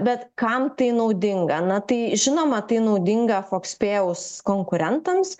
bet kam tai naudinga na tai žinoma tai naudinga fokspėjeus konkurentams